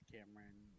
Cameron